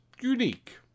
unique